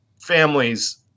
families